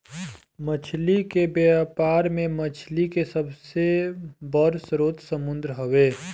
मछली के व्यापार में मछली के सबसे बड़ स्रोत समुंद्र हवे